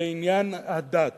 לעניין הדת.